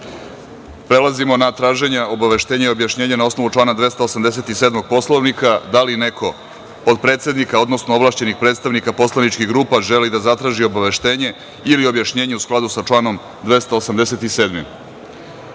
skupštine. Prelazimo na traženja obaveštenja i objašnjenja na osnovu člana 287. Poslovnika. Da li neko od predsednika, odnosno ovlašćenih predstavnika poslaničkih grupa želi da zatraži obaveštenje ili objašnjenje, u skladu sa članom 287?